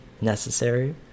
necessary